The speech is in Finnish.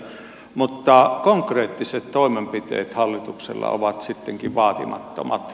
mutta konkreettiset toimenpiteet hallituksella ovat sittenkin vaatimattomat